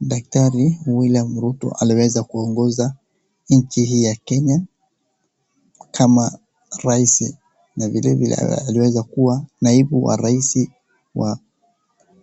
Daktari William Ruto aliweza kuongoza nchi hii ya Kenya kama rais, na vilevile aliweza kuwa naibu wa rais wa